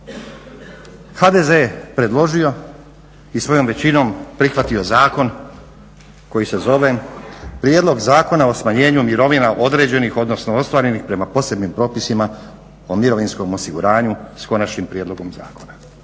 HDZ je predložio i svojom većinom prihvatio zakon koji se zove prijedlog Zakona o smanjenju mirovina određenih, odnosno ostvarenih prema posebnim propisima o mirovinskom osiguranju s konačnim prijedlogom zakona.